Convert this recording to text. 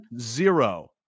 Zero